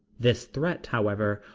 this threat, however,